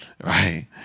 right